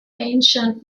ancient